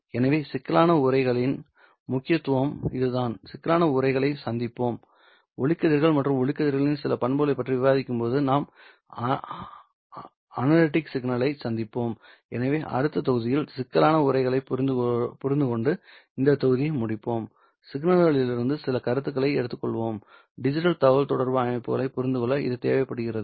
எனவே சிக்கலான உறைகளின் முக்கியத்துவம் இதுதான் சிக்கலான உறைகளை சந்திப்போம் ஒளிக்கதிர்கள் மற்றும் ஒளிக்கதிர்களின் சில பண்புகள் பற்றி விவாதிக்கும்போது நாம் அனலெக்டிக் சிக்னலை சந்திப்போம் எனவே அடுத்த தொகுதியில் சிக்கலான உறைகளைப் புரிந்துகொண்டு இந்த தொகுதியை முடிப்போம் சிக்னல்களிலிருந்து சில கருத்துக்களை எடுத்துக்கொள்வோம் டிஜிட்டல் தகவல்தொடர்பு அடிப்படைகளைப் புரிந்து கொள்ள இது தேவைப்படுகிறது